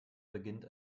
beginnt